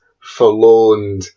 forlorn